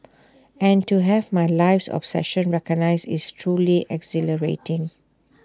and to have my life's obsession recognised is truly exhilarating